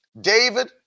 David